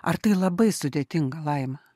ar tai labai sudėtinga laima